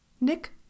Nick